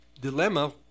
dilemma